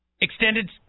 extended